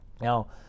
Now